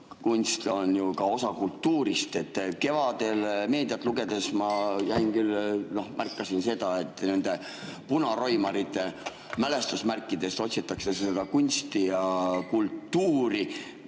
Kunst on ju ka osa kultuurist. Kevadel meediat lugedes ma märkasin seda, et nendest punaroimarite mälestusmärkidest otsitakse kunsti ja kultuuri.